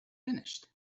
finished